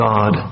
God